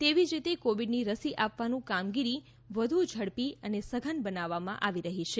એવી જ રીતે કોવિડની રસી આપવાનું કામગીરી વધુ ઝડપી અને સઘન બનાવવામાં આવી રહી છે